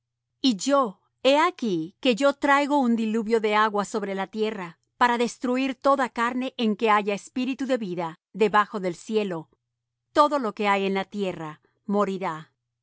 y yo he aquí que yo traigo un diluvio de aguas sobre la tierra para destruir toda carne en que haya espíritu de vida debajo del cielo todo lo que hay en la tierra morirá